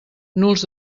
nuls